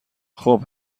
خوب